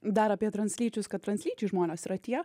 dar apie translyčius kad translyčiai žmonės yra tie